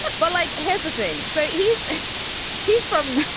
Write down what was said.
but like here's the thing. so he's he's from